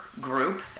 group